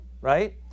Right